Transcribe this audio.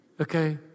Okay